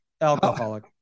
Alcoholic